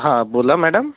हां बोला मॅडम